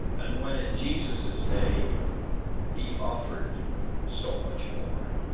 and when in jesus's day he offered so much more.